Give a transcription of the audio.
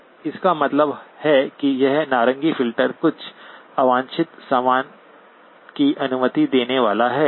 तो इसका मतलब है कि यह नारंगी फ़िल्टर कुछ अवांछित सामान की अनुमति देने वाला है